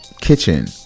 kitchen